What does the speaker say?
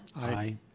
Aye